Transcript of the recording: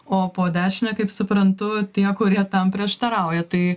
o po dešine kaip suprantu tie kurie tam prieštarauja tai